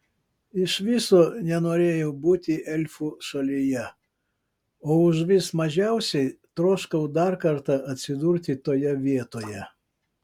iš viso nenorėjau būti elfų šalyje o užvis mažiausiai troškau dar kartą atsidurti toje vietoje